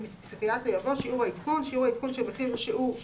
שאנחנו מדברים על חיים נורמליים.